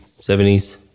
70s